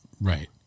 Right